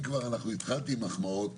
אם התחלתי עם מחמאות,